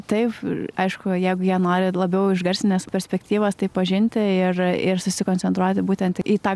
taip aišku jeigu jie nori labiau iš garsinės perspektyvos tai pažinti ir ir susikoncentruoti būtent į tą